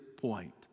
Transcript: point